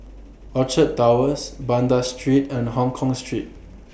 Orchard Towers Banda Street and Hongkong Street